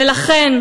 ולכן,